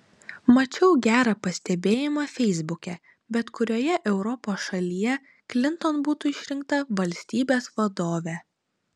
mačiau gerą pastebėjimą feisbuke bet kurioje europos šalyje klinton būtų išrinkta valstybės vadove